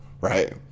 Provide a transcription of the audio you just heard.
right